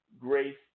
grace